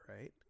right